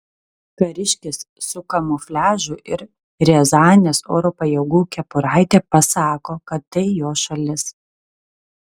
kariškis su kamufliažu ir riazanės oro pajėgų kepuraite pasako kad tai jo šalis